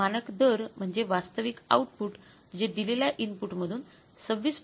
मानक दर म्हणजे वास्तविक आउटपुटजे दिलेल्या इनपुट मधून २६